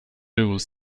rules